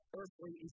earthly